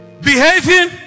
behaving